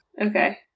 Okay